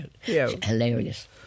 hilarious